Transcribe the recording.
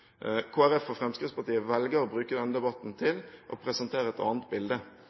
Folkeparti og Fremskrittspartiet velger å bruke denne debatten til å presentere et annet bilde.